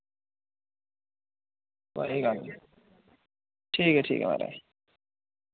कोई गल्ल नि ठीक ऐ ठीक ऐ माराज